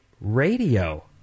radio